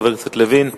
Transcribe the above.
חבר הכנסת לוין.